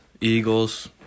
Eagles